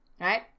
right